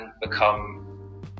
become